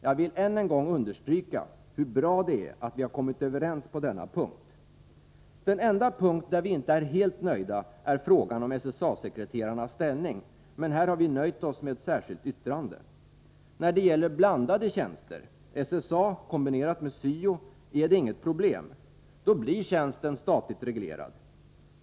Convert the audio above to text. Jag vill än en gång understryka hur bra det är att vi har kommit överens på denna punkt. Den enda punkt där vi inte är helt nöjda är frågan om SSA-sekreterarnas ställning, men här har vi nöjt oss med ett särskilt yttrande. När det gäller blandade tjänster, SSA kombinerat med syo, är det inget problem. Då blir tjänsten statligt reglerad.